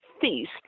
feast